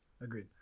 agreed